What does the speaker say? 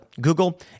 Google